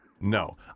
No